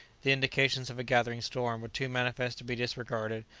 the indications of a gathering storm were too manifest to be disregarded,